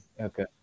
Okay